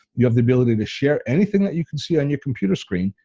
you have the ability to share anything that you can see on your computer screen,